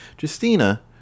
Justina